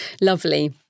lovely